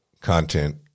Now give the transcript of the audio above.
content